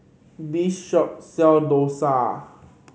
this shop sell dosa